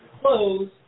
close